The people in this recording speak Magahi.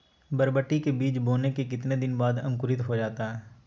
बरबटी के बीज बोने के कितने दिन बाद अंकुरित हो जाता है?